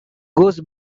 goes